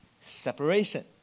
separation